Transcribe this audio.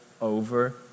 over